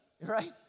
Right